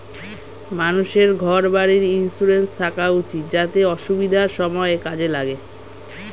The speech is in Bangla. মানুষের ঘর বাড়ির ইন্সুরেন্স থাকা উচিত যাতে অসুবিধার সময়ে কাজে লাগে